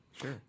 Sure